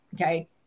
Okay